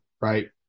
right